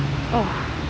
oh